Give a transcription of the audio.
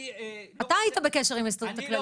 אתה היית בקשר עם ההסתדרות הכללית.